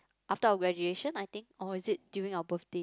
after our graduation I think or is it during our birthday